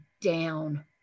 down